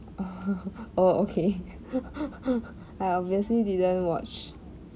oh oh okay I obviously didn't watch